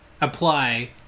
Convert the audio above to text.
apply